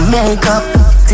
Makeup